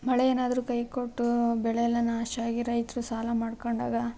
ಮಳೆ ಏನಾದರೂ ಕೈ ಕೊಟ್ಟು ಬೆಳೆ ಎಲ್ಲ ನಾಶ ಆಗಿ ರೈತರು ಸಾಲ ಮಾಡ್ಕೊಂಡಾಗ